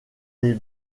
les